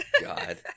God